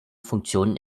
funktionen